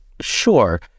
Sure